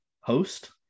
host